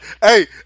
hey